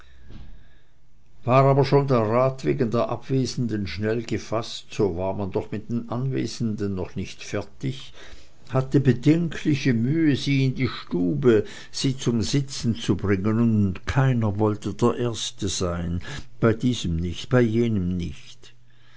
aber schon der rat wegen den abwesenden schnell gefaßt so war man doch mit den anwesenden noch nicht fertig hatte bedenkliche mühe sie in die stube sie zum sitzen zu bringen denn keiner wollte der erste sein bei diesem nicht bei jenem nicht